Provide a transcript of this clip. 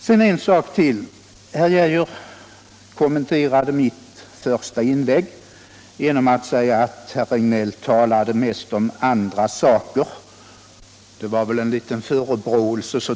Herr Geijer kommenterade mitt första inlägg genom att säga att jag mest talade om andra saker. Jag tolkar det som en liten förebråelse.